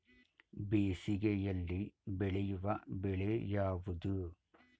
ಬೇಸಿಗೆಯಲ್ಲಿ ಬೆಳೆಯುವ ಬೆಳೆ ಯಾವುದು?